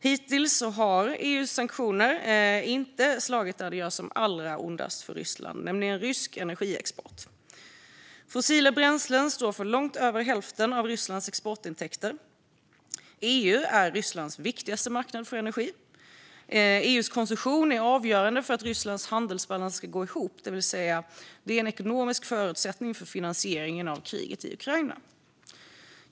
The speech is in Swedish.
Hittills har EU:s sanktioner dock inte slagit där det gör allra ondast för Ryssland, nämligen mot rysk energiexport. Fossila bränslen står för långt över hälften av Rysslands exportintäkter. EU är Rysslands viktigaste marknad för energi. EU:s konsumtion är avgörande för att Rysslands handelsbalans ska gå ihop. Det vill säga att det är en ekonomisk förutsättning för finansieringen av kriget i Ukraina.